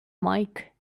mike